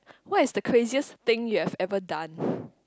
what is the craziest thing you have ever done